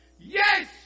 Yes